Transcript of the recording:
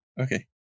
okay